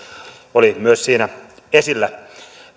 oli myös siinä esillä